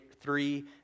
three